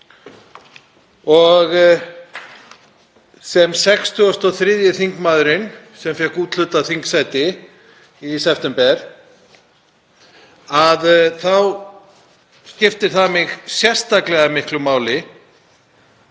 Sem 63. þingmaðurinn sem fékk úthlutað þingsæti í september þá skiptir það mig sérstaklega miklu máli